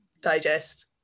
digest